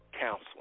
counseling